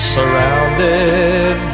Surrounded